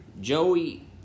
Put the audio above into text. Joey